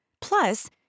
Plus